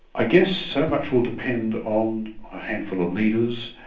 i guess so much will depend on a handful of leaders,